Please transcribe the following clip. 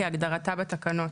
כהגדרתה בתקנות.